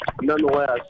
nonetheless